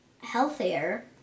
healthier